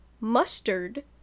mustard